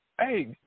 hey